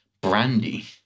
Brandy